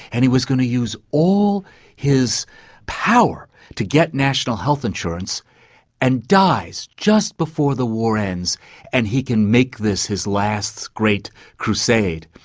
and he was going to use all his power to get national health insurance and dies just before the war ends and he can make this his last great crusade.